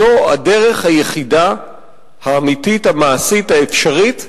זו הדרך היחידה האמיתית, המעשית, האפשרית,